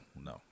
no